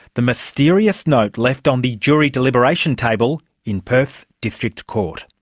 the mysterious note left on the jury deliberation table in perth's district court.